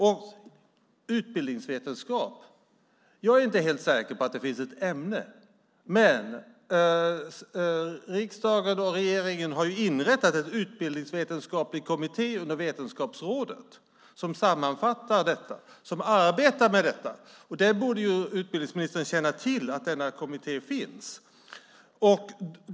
Jag är inte helt säker på om utbildningsvetenskap finns som ämne, men riksdagen och regeringen har inrättat en utbildningsvetenskaplig kommitté under Vetenskapsrådet. Där arbetar man med detta. Utbildningsministern borde känna till denna kommitté.